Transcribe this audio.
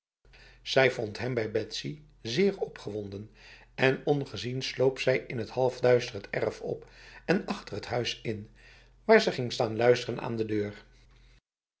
zij vond hem bij betsy zeer opgewonden en ongezien sloop zij in t halfduister het erf op en achter het huis in waar ze ging staan luisteren aan de deur